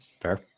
Fair